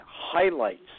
highlights